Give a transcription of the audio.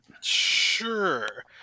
Sure